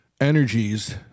energies